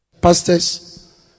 pastors